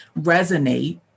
resonate